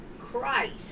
Christ